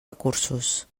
recursos